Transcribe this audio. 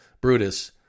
Brutus